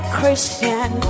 Christian